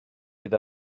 bydd